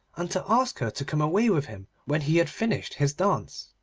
and to ask her to come away with him when he had finished his dance.